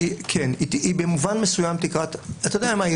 כן, אתה יודע מה?